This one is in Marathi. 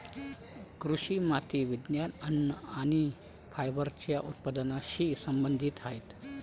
कृषी माती विज्ञान, अन्न आणि फायबरच्या उत्पादनाशी संबंधित आहेत